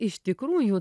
iš tikrųjų